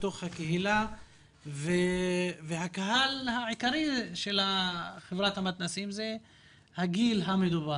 בתוך הקהילה והקהל העיקרי של הוא הגיל המדובר.